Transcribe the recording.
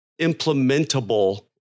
implementable